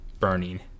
burning